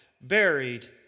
buried